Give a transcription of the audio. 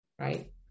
right